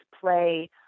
play